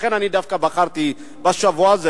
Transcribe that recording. לכן אני דווקא בחרתי בשבוע הזה,